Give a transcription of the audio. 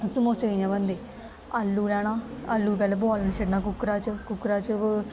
समोसे कि'यां बनदे आलू लैना आलू गी पैह्लें बोआलन छुड़ना कुक्करा च कुक्करा च